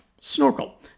snorkel